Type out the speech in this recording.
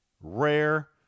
rare